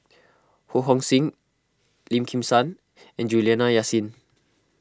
Ho Hong Sing Lim Kim San and Juliana Yasin